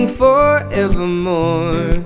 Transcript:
forevermore